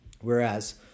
Whereas